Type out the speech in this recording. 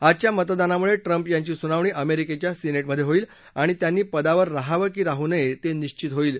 आजच्या मतदानामुळे ट्रंप यांची सुनावणी अमेरिकेच्या सिने ज़्ञध्ये होईल आणि त्यांनी पदावर राहावं की राहू नये ते निश्वित होईल